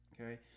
okay